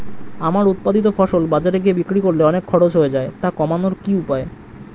আমার উৎপাদিত ফসল বাজারে গিয়ে বিক্রি করলে অনেক খরচ হয়ে যায় তা কমানোর উপায় কি?